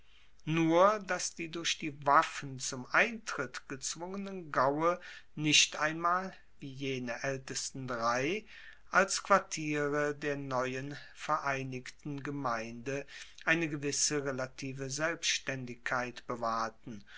nur dass die durch die waffen zum eintritt gezwungenen gaue nicht einmal wie jene aeltesten drei als quartiere der neuen vereinigten gemeinde eine gewisse relative selbstaendigkeit bewahrten